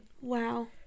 Wow